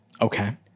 Okay